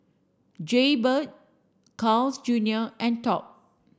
Jaybird Carl's Junior and Top